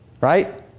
Right